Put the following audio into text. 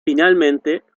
finalmente